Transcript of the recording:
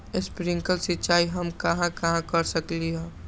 Sprinkle सिंचाई हम कहाँ कहाँ कर सकली ह?